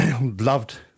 loved